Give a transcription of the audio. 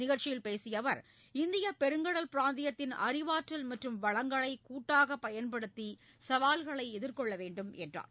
நிகழ்ச்சியில் பேசிய அவர் இந்தியப் பெருங்கடல் பிராந்தியத்தின் அறிவாற்றல் மற்றும் வளங்களை கூட்டாக பயன்படுத்தி சவால்களை எதிர்கொள்ள வேண்டும் என்றார்